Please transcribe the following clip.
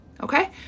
Okay